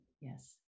yes